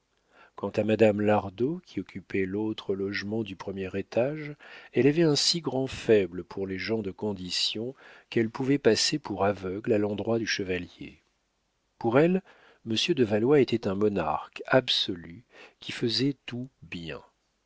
quant à madame lardot qui occupait l'autre logement du premier étage elle avait un si grand faible pour les gens de condition qu'elle pouvait passer pour aveugle à l'endroit du chevalier pour elle monsieur de valois était un monarque absolu qui faisait tout bien